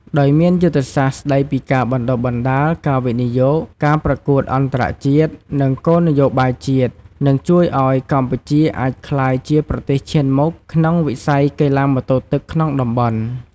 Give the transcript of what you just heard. ដោយមានយុទ្ធសាស្ត្រស្តីពីការបណ្តុះបណ្តាល ការវិនិយោគ ការប្រកួតអន្តរជាតិ និងគោលនយោបាយជាតិ នឹងជួយឱ្យកម្ពុជាអាចក្លាយជាប្រទេសឈានមុខក្នុងវិស័យកីឡាម៉ូតូទឹកក្នុងតំបន់។